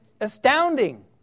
astounding